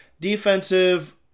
defensive